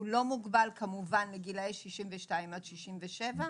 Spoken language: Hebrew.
הוא לא מוגבל כמובן לגילי 62 67,